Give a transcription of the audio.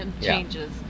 changes